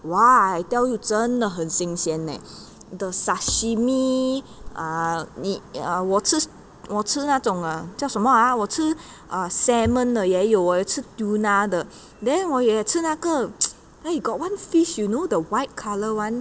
!wah! I tell you 真的很新鲜 leh the sashimi ah 你我吃我吃那种 uh 叫什么啊我吃 ah salmon 的也有我也吃 tuna then 我也吃那个 eh got one fish you know the white colour one